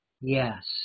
yes